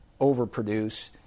overproduce